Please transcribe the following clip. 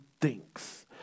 thinks